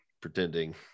pretending